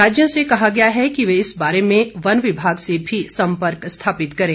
राज्यों से कहा गया है कि ये इस बारे में वन विभाग से भी सम्पर्क स्थापित करें